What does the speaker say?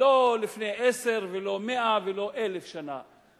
לא לפני עשר, ולא 100 ולא 1,000 שנה.